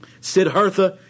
Siddhartha